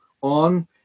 on